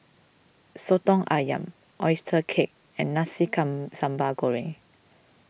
Soto Ayam Oyster Cake and Nasi Come Sambal Goreng